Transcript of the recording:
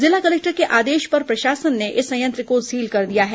जिला कलेक्टर के आदेश पर प्रशासन ने इस संयंत्र को सील कर दिया है